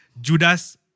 Judas